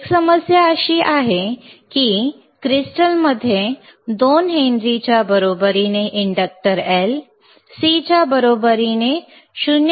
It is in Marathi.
एक समस्या अशी आहे की क्रिस्टलमध्ये 2 हेन्रीच्या बरोबरीने इंडक्टर L C च्या बरोबरीने 0